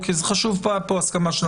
כי חשובה הסכמה של הממשלה.